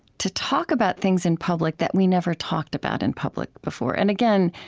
to talk about things in public that we never talked about in public before. and again,